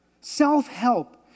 self-help